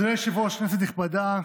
אדוני היושב-ראש, כנסת נכבדה,